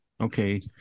Okay